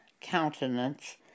countenance